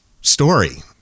story